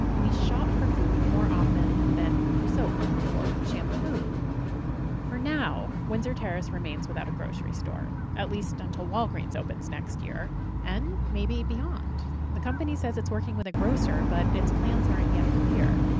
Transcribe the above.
we shop for food more often than soap or shampoo for now, windsor terrace remains without a grocery store at least until walgreens opens next year and maybe beyond. the company says it's working with a grocer, but its plans aren't yet clear.